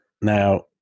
Now